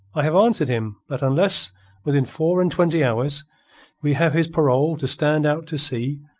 i have answered him that unless within four-and-twenty hours we have his parole to stand out to sea,